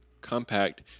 compact